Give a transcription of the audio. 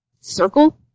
circle